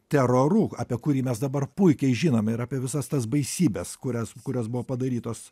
teroru apie kurį mes dabar puikiai žinome ir apie visas tas baisybes kurias kurios buvo padarytos